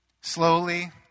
slowly